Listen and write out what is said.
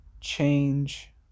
Change